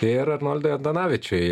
ir arnoldui antanavičiui